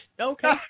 Okay